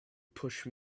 push